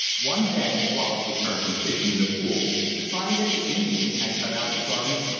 one day wallace returned from fishing in the pool to find that the indian had cut out the garment,